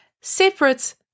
separate